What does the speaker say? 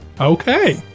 okay